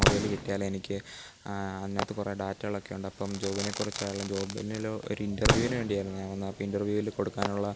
mobile കിട്ടിയാലെ എനിക്ക് അതിനകത്ത് കുറേ ഡാറ്റകളൊക്കെ ഉണ്ട് അപ്പോള് ജോബിനെക്കുറിച്ച് ആളും ജോബിനിലോ ഒരിൻറ്റർവ്യൂവിന് വേണ്ടിയായിരുന്നു ഞാൻ വന്നത് അപ്പോള് ഇൻറ്റർവ്യൂവില് കൊടുക്കാനുള്ള